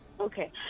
Okay